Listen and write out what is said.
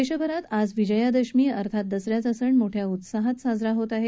देशभरात आज विजयादशमी अर्थात दसऱ्याचा सण मोठ्या उत्साहात साजरा होत आहे